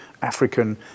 African